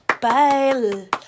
Bye